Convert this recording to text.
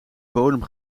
bodem